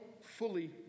fully